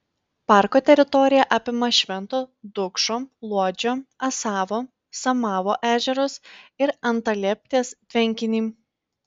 parko teritorija apima švento dūkšto luodžio asavo samavo ežerus ir antalieptės tvenkinį